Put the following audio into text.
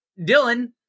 Dylan